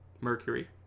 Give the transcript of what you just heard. Mercury